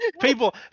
people